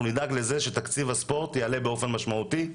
נדאג לזה שתקציב הספורט יעלה באופן משמעותי.